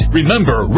Remember